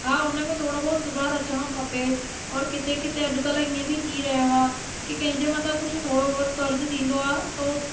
हा हुनमें थोरो बहुत सुधार अचणो खपे और किथे किथे अॼकल्ह ईअं बि थी रहियो आहे की कंहिंजे मथां कुझु थोरो बहुत कर्ज थींदो आहे तोसि